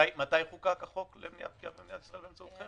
מתי חוקק החוק למניעת פגיעה במדינת ישראל באמצעות חרם?